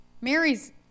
Mary's